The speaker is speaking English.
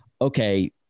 okay